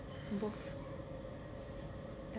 both